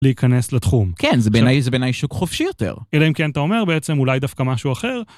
להיכנס לתחום. כן, זה בעיני שוק חופשי יותר. אלא אם כן, אתה אומר, בעצם אולי דווקא משהו אחר.